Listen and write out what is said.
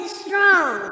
strong